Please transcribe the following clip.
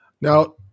Now